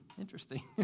interesting